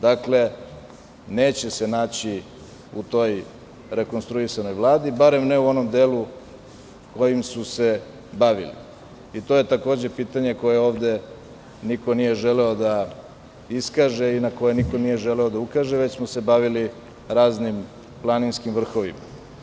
Dakle, neće se naći u toj rekonstruisanoj Vladi, barem ne u onom delu kojim su se bavili i to je takođe pitanje koje ovde niko nije želeo da iskaže i na koje niko nije želeo da ukaže, već smo se bavili raznim planinskim vrhovima.